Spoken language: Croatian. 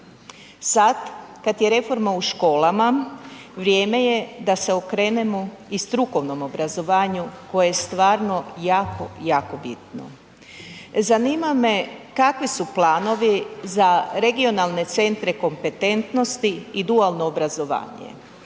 Sad kad je reforma u školama vrijeme je da se okrenemo i strukovnom obrazovanju koje je stvarno jako, jako bitno. Zanima me kakvi su planovi za regionalne centre kompetentnosti i dualno obrazovanje?